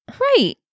Right